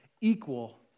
equal